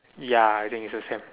ya I think it's the same